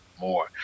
more